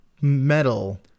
metal